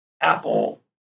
Apple